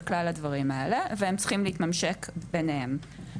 הדברים האלה והם צריכים להתממשק ביניהם.